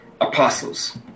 Apostles